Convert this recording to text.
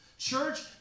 Church